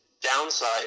downside